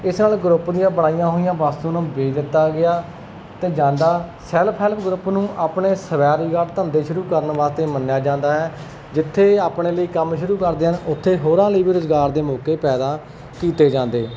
ਇਸ ਨਾਲ ਗਰੁੱਪ ਦੀਆਂ ਬਣਾਈਆਂ ਹੋਈਆਂ ਵਸਤੂਆਂ ਨੂੰ ਵੇਚ ਦਿੱਤਾ ਗਿਆ ਅਤੇ ਜਾਂਦਾ ਸੈਲਫ ਹੈਲਪ ਗਰੁੱਪ ਨੂੰ ਆਪਣੇ ਸਵੈਰੁਜ਼ਗਾਰ ਧੰਦੇ ਸ਼ੁਰੂ ਕਰਨ ਵਾਸਤੇ ਮੰਨਿਆ ਜਾਂਦਾ ਹੈ ਜਿੱਥੇ ਆਪਣੇ ਲਈ ਕੰਮ ਸ਼ੁਰੂ ਕਰਦੇ ਹਨ ਉੱਥੇ ਹੋਰਾਂ ਲਈ ਵੀ ਰੋਜ਼ਗਾਰ ਦੇ ਮੌਕੇ ਪੈਦਾ ਕੀਤੇ ਜਾਂਦੇ